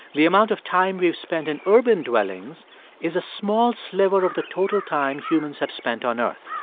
the amount of time we've spent in urban dwellings is a small sliver of the total time humans have spent on earth.